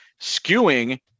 skewing